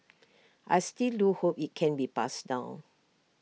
I still do hope IT can be passed down